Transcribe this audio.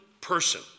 person